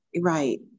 right